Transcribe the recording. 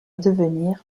devenir